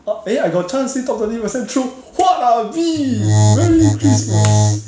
orh eh I got chance see top twenty percent true huat ah B merry christmas